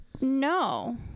No